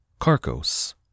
Carcos